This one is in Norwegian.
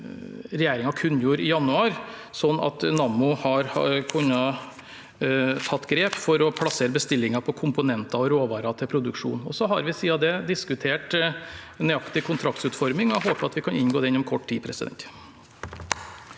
regjeringen kunngjorde i januar, har Nammo kunnet ta grep for å plassere bestillinger på komponenter og råvarer til produksjonen. Så har vi siden det diskutert nøyaktig kontraktsutforming, og jeg håper at vi kan inngå den om kort tid. Ine